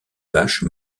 vache